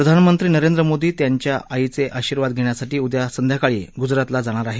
प्रधानमंत्री नरेंद्र मोदी त्यांच्या आईचे आशीर्वाद घेण्यासाठी उद्या संध्याकाळी गुजरातला जाणार आहे